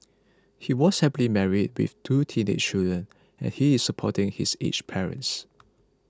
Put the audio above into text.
he was happily married with two teenage children and he is supporting his aged parents